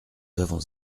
avons